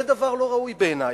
זה דבר לא ראוי בעיני.